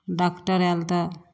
doctor आयल तऽ